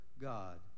God